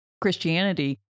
Christianity